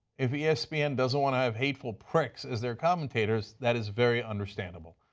if yeah espn doesn't want to have hateful pricks as their commentators, that is very understandable.